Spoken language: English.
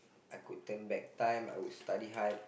I could turn back time I would study hard